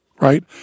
right